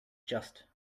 just